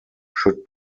should